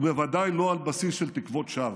ובוודאי לא על בסיס של תקוות שווא.